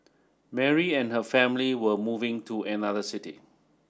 Mary and her family were moving to another city